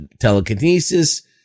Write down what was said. telekinesis